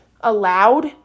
allowed